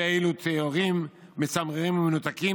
שאלו תיאורים מצמררים ומנותקים?